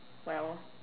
well